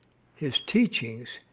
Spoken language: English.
his teachings,